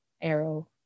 arrow